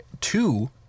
two